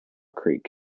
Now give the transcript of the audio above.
creek